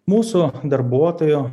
mūsų darbuotojų